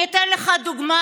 אני אתן לך דוגמה,